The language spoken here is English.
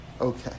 Okay